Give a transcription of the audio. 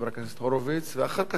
אחר כך נשמע את תשובת השר